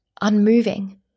unmoving